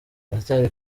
aracyari